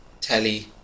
Telly